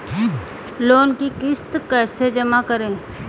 Loan की किश्त कैसे जमा करें?